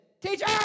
Teacher